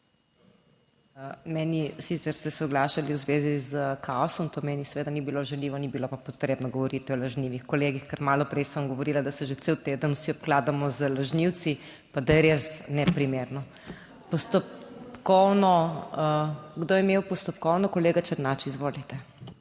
Meni, sicer ste se oglašali v zvezi s kaosom, to meni seveda ni bilo žaljivo, ni bilo pa potrebno govoriti o lažnivih kolegih, ker malo prej sem govorila, da se že cel teden vsi obkladamo z lažnivci, pa da je res neprimerno. Postopkovno … Kdo je imel postopkovno? Kolega Černač, izvolite.